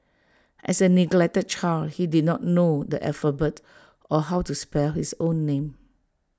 as A neglected child he did not know the alphabet or how to spell his own name